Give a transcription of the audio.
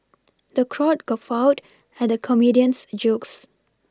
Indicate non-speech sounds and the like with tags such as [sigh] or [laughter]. [noise] the crowd guffawed at the comedian's jokes